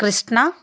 Krishna